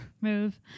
move